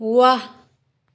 वाह